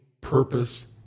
purpose